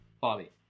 Bobby